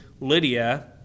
Lydia